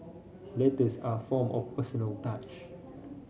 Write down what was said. letters are a form of personal touch